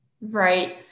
Right